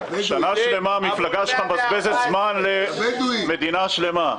שנה שלמה המפלגה שלך מבזבזת זמן למדינה שלמה.